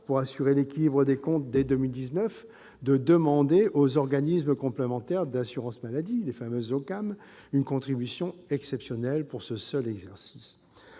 pour assurer l'équilibre des comptes dès 2019, de demander aux organismes complémentaires d'assurance maladie, les fameux OCAM, une contribution exceptionnelle pour ce seul exercice.